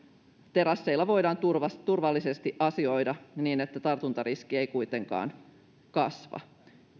terasseilla voidaan turvallisesti turvallisesti asioida niin että tartuntariski ei kuitenkaan kasva